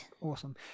Awesome